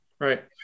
Right